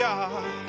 God